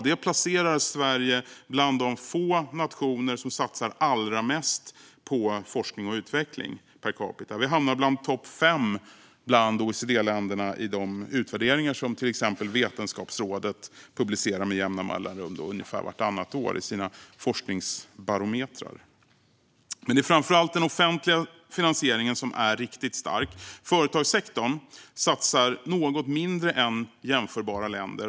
Det placerar Sverige bland de få nationer som satsar allra mest på forskning och utveckling per capita. Vi hamnar bland topp fem bland OECD-länderna i de utvärderingar som till exempel Vetenskapsrådet publicerar med jämna mellanrum, ungefär vartannat år, i sina forskningsbarometrar. Men det är framför allt den offentliga finansieringen som är riktigt stark. Företagssektorn satsar något mindre jämfört med hur det är i jämförbara länder.